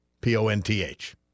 P-O-N-T-H